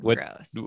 gross